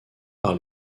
par